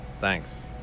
Thanks